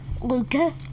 Luca